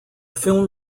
film